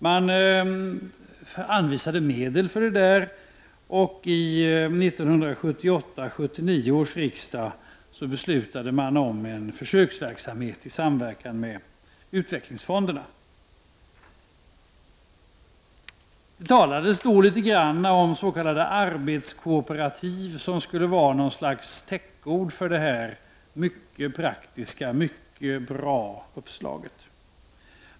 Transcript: Man anvisade medel för detta ändamål, och vid 1978/79 års riksmöte beslutades det om en försöksverksamhet i samverkan med utvecklingsfonderna. Det talades då litet grand om s.k. arbetskooperativ, vilket var något slags begrepp som skulle täcka detta mycket praktiska och goda uppslag.